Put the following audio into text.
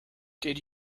did